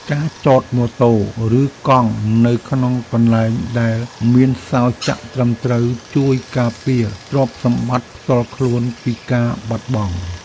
ការចតម៉ូតូ ឬកង់នៅក្នុងកន្លែងដែលមានសោរចាក់ត្រឹមត្រូវជួយការពារទ្រព្យសម្បត្តិផ្ទាល់ខ្លួនពីការបាត់បង់។